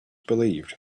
believed